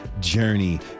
journey